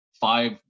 five